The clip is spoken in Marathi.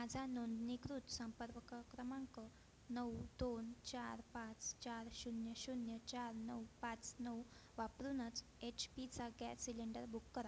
माझा नोंदणीकृत संपर्क क् क्रमांक नऊ दोन चार पाच चार शून्य शून्य चार नऊ पाच नऊ वापरूनच एच पीचा गॅस सिलेंडर बुक करा